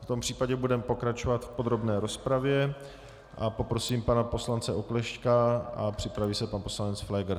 V tom případě budeme pokračovat v podrobné rozpravě a poprosím pana poslance Oklešťka a připraví se pan poslanec Pfléger.